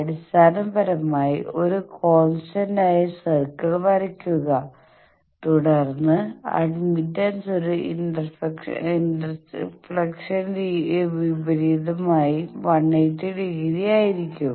അടിസ്ഥാനപരമായി ഒരു കോൺസ്റ്റന്റായ VSWR സർക്കിൾ വരയ്ക്കുക തുടർന്ന് അഡ്മിറ്റൻസ് ഒരു ഇൻഫ്ളക്ഷന് വിപരീതമായി 180 ഡിഗ്രി ആയിരിക്കും